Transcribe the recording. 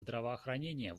здравоохранения